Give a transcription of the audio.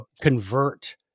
convert